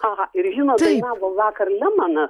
aha ir žinot dainavo vakar lemanas